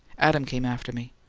adam came after me.